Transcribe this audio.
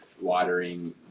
watering